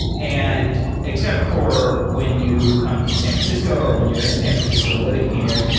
and except for when you come to san francisco or when you're in san francisco living here,